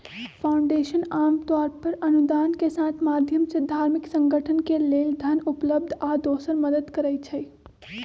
foundation आमतौर पर अनुदान के माधयम से धार्मिक संगठन के लेल धन उपलब्ध आ दोसर मदद करई छई